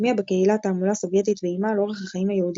הטמיעה בקהילה תעמולה סובייטית ואיימה על אורח החיים היהודי.